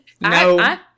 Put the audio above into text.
no